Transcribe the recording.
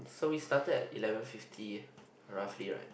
so we started at eleven fifty roughly right